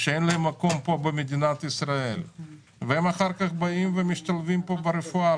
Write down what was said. שאין להם מקום פה במדינת ישראל ואחר כך הם באים לפה ומשתלבים פה ברפואה.